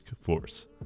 force